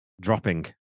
dropping